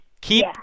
keep